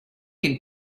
can